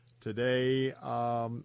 Today